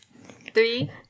three